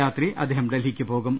രാത്രി അദ്ദേ ഹം ഡൽഹിക്ക് പോകും